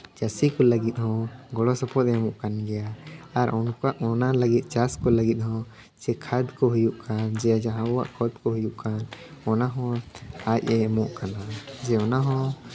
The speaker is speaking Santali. ᱪᱟᱹᱥᱤ ᱠᱚ ᱞᱟᱹᱜᱤᱫ ᱜᱚᱲᱚ ᱥᱚᱯᱚᱦᱚᱫ ᱮ ᱮᱢᱚᱜ ᱠᱟᱱ ᱜᱮᱭᱟ ᱟᱨ ᱚᱱᱟ ᱞᱟᱹᱜᱤᱫ ᱪᱟᱥ ᱠᱚ ᱞᱟᱹᱜᱤᱫ ᱦᱚᱸ ᱥᱮ ᱠᱷᱮᱛ ᱠᱚ ᱦᱩᱭᱩᱜ ᱠᱟᱱ ᱡᱮ ᱡᱟᱦᱟᱸ ᱟᱵᱚᱣᱟᱜ ᱠᱷᱮᱛ ᱠᱚ ᱦᱩᱭᱩᱜ ᱠᱟᱱ ᱚᱱᱟ ᱦᱚᱸ ᱟᱡ ᱮ ᱮᱢᱚᱜ ᱠᱟᱱᱟ ᱡᱮ ᱚᱱᱟ ᱦᱚᱸ